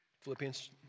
Philippians